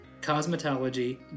cosmetology